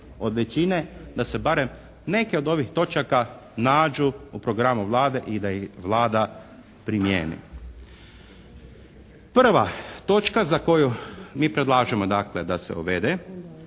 od većine da se barem neke od ovih točaka nađu u programu Vlade i da ih Vlada primijeni. Prva točka za koju mi predlažemo dakle da